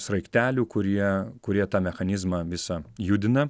sraigtelių kurie kurie tą mechanizmą visą judina